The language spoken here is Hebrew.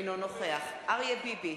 אינו נוכח אריה ביבי,